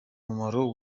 mumaro